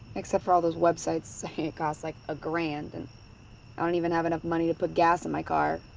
except for all those web sites saying it costs, like, a grand, and i don't even have enough money to put gas in my my car.